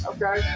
Okay